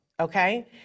Okay